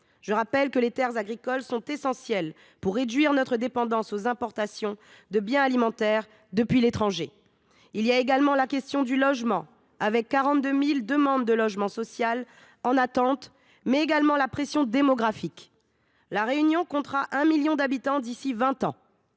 Je rappelle que les terres agricoles sont essentielles pour réduire notre dépendance aux importations de biens alimentaires depuis l’étranger ! Se posent également la question du logement, avec 42 000 demandes de logement social en attente, mais également celle de la pression démographique : La Réunion comptera 1 million d’habitants d’ici à vingt